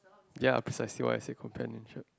ya precisely why I said companionship